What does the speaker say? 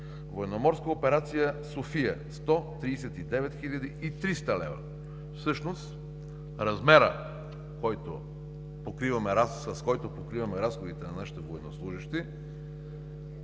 военноморската операция „София“ – 139 хил. 300 лв. Всъщност размерът, с който покриваме разходите на нашите военнослужещи,